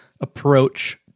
approach